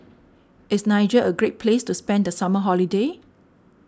is Niger a great place to spend the summer holiday